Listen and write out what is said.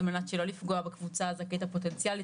מנת שלא לפגוע בקבוצה הזכאית הפוטנציאלית,